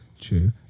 true